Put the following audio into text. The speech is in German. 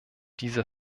diese